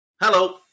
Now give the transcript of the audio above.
Hello